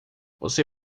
você